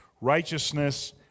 righteousness